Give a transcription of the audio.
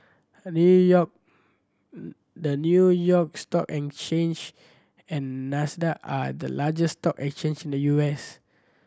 New York the New York Stock Exchange and Nasdaq are the largest stock exchange in the U S